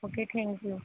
okay thank you